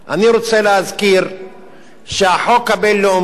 אני רוצה להזכיר שהחוק הבין-לאומי,